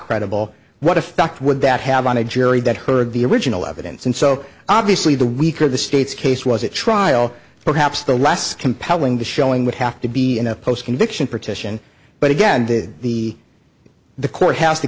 credible what effect would that have on a jury that heard the original evidence and so obviously the weaker the state's case was at trial perhaps the last compelling the showing would have to be in a post conviction partition but again the the court has to